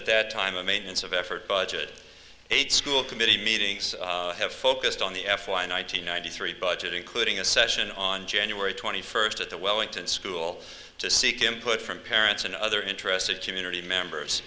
at that time a maintenance of effort budget eight school committee meetings have focused on the f one nine hundred ninety three budget including a session on january twenty first at the wellington school to seek input from parents and other interested community members